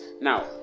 now